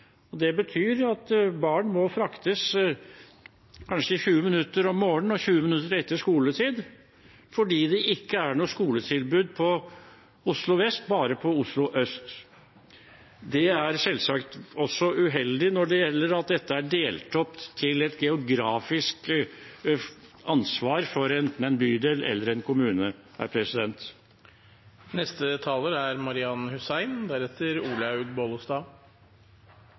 Det betyr at barn må fraktes, kanskje i 20 minutter om morgenen og 20 minutter etter skoletid, fordi det ikke er noe skoletilbud på Oslo vest, bare på Oslo øst. Det er selvsagt også uheldig når det gjelder at dette er delt opp i et geografisk ansvar for enten en bydel eller en kommune. Jeg vil bare gjøre forrige taler oppmerksom på at det også er